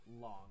long